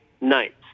nights